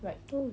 true